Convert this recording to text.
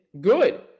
good